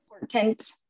important